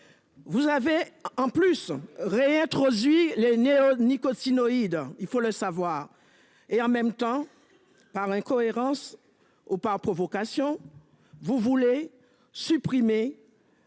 Vous avez pourtant réintroduit les néonicotinoïdes, il faut le savoir ! Dans le même temps, par incohérence ou provocation, vous avez supprimé